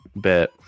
bit